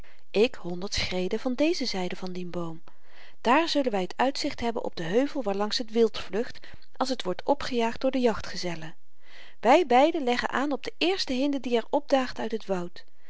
ik honderd schreden van deze zyde van dien boom daar zullen wy het uitzicht hebben op den heuvel waarlangs t wild vlucht als het wordt opgejaagd door de jachtgezellen wy beiden leggen aan op de eerste hinde die er opdaagt uit het woud